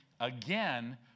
again